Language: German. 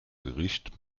gericht